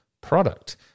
product